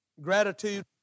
Gratitude